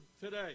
today